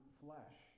flesh